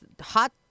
hot